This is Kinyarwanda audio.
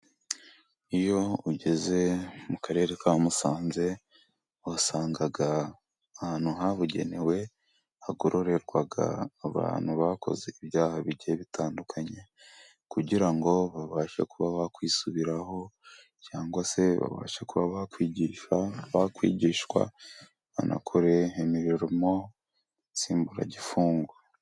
Iyo ugeze mu Karere ka Musanze, uhasanga ahantu habugenewe, hagororerwa abantu bakoze ibyaha bigiye bitandukanye. kugira ngo babashe kuba bakwisubiraho, cyangwa se babashe kuba bakwigishwa, banakore imirimo nsimbura gifungo.